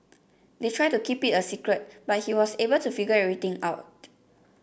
they tried to keep it a secret but he was able to figure everything out